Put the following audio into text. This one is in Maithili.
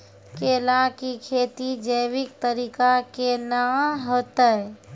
केला की खेती जैविक तरीका के ना होते?